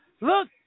Look